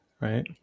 right